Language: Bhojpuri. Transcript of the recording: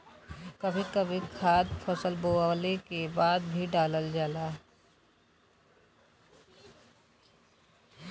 कभी कभी खाद फसल बोवले के बाद भी डालल जाला